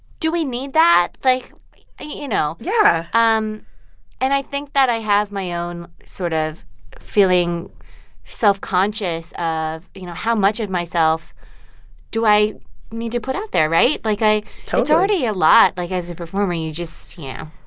do we need that? like you know yeah um and i think that i have my own sort of feeling self-conscious of, you know, how much of myself do i need to put out there, right? like, i. totally it's already a lot, like, as a performer. you just you know,